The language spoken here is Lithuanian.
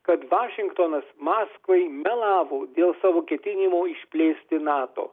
kad vašingtonas maskvai melavo dėl savo ketinimo išplėsti nato